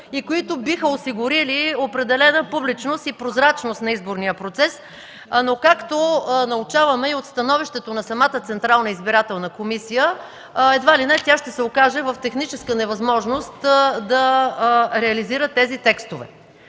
и които биха осигурили определена публичност и прозрачност на изборния процес. Както научаваме от становището на самата Централна избирателна комисия, едва ли не тя ще се окаже в техническа невъзможност да реализира тези текстове.